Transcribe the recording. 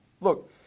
look